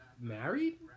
married